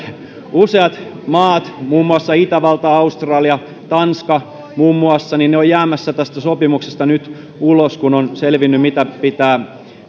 useat maat muun muassa itävalta australia tanska muun muassa ovat jäämässä tästä sopimuksesta nyt ulos kun on selvinnyt mitä se